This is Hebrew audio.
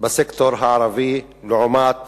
בסקטור הערבי לעומת